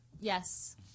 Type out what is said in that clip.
yes